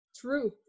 truth